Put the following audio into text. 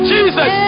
Jesus